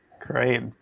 Great